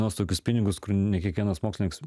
kainuos tokius pinigus ne kiekvienas mokslininkas